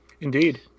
Indeed